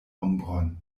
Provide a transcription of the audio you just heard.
ombron